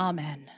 Amen